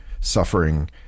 suffering